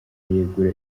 yegura